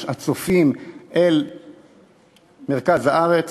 הצופים אל מרכז הארץ,